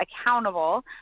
accountable